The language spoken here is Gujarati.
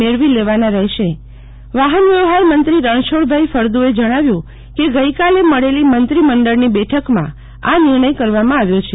મેળવી લેવાના રહેશે વાહનવ્યવહાર મંત્રી રણછોડભાઇ ફળદુએ જણાવ્યું કે ગઈકાલે મળેલી મંત્રીમંડળની બેઠકમાં આ નિર્ણય કરાયો છે